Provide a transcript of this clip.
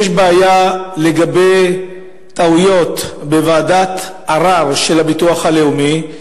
שיש בעיה לגבי טעויות בוועדת הערר של הביטוח הלאומי,